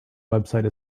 website